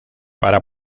para